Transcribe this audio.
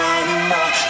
anymore